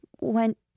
went